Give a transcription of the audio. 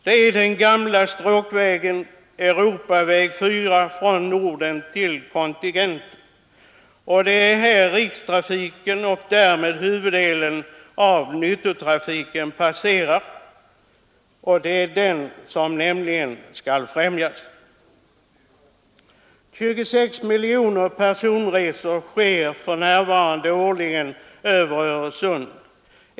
Det är den gamla stråkvägen Europaväg 4 från Norden till kontinenten. Det är här rikstrafiken och därmed huvuddelen av nyttotrafiken passerar, och det är den som skall främjas. 26 miljoner personresor görs numera årligen över Öresund.